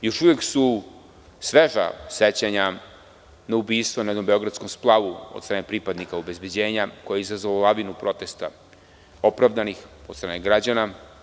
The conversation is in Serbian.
Još uvek su sveža sećanja na ubistvo na jednom beogradskom splavu od strane pripadnika obezbeđenja, koje je izazvalo lavinu protesta, opravdanih, od strane građana.